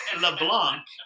LeBlanc